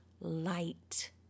light